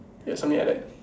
yes something like that